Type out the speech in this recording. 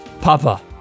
Papa